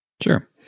Sure